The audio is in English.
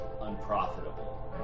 unprofitable